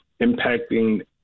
impacting